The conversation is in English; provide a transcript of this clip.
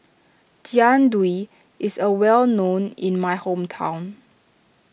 Jian Dui is a well known in my hometown